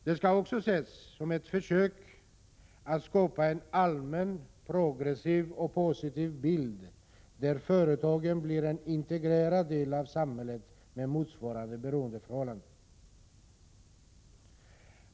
Det skall också ses som ett försök att skapa en allmän progressiv och positiv bild där företagen blir en integrerad del av samhället med motsvarande beroendeförhållande.